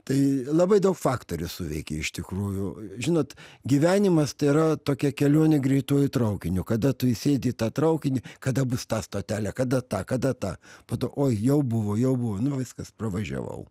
tai labai daug faktorių suveikė iš tikrųjų žinot gyvenimas tai yra tokia kelionė greituoju traukiniu kada tu įsėdi į tą traukinį kada bus ta stotelė kada ta kada ta po to oi jau buvo jau buvo nu viskas pravažiavau